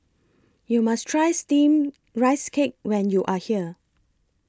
YOU must Try Steamed Rice Cake when YOU Are here